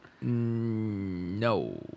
No